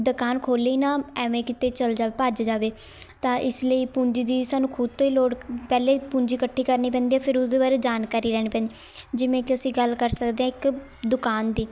ਦੁਕਾਨ ਖੋਲ੍ਹੇ ਹੀ ਨਾ ਐਵੇਂ ਕਿਤੇ ਚਲ ਜਾ ਭੱਜ ਜਾਵੇ ਤਾਂ ਇਸ ਲਈ ਪੂੰਜੀ ਦੀ ਸਾਨੂੰ ਖੁਦ ਤੋਂ ਹੀ ਲੋੜ ਪਹਿਲੇ ਪੂੰਜੀ ਇਕੱਠੀ ਕਰਨੀ ਪੈਂਦੀ ਫਿਰ ਉਸ ਬਾਰੇ ਜਾਣਕਾਰੀ ਲੈਣੀ ਪੈਂਦੀ ਜਿਵੇਂ ਕਿ ਅਸੀਂ ਗੱਲ ਕਰ ਸਕਦੇ ਹਾਂ ਇੱਕ ਦੁਕਾਨ ਦੀ